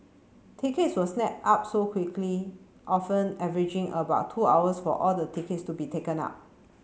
tickets were snapped up so quickly often averaging about two hours for all the tickets to be taken up